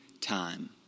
time